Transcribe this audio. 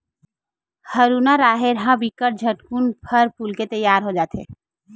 हरूना राहेर ह बिकट झटकुन फर फूल के तियार हो जथे